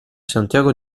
santiago